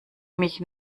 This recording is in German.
mich